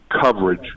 coverage